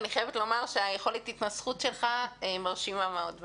אני חייבת לומר שיכולת ההתנסחות שלך מרשימה מאוד.